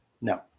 No